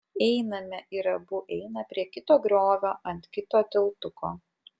einame ir abu eina prie kito griovio ant kito tiltuko